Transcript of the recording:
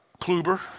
Kluber